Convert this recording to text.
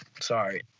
Sorry